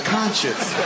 conscience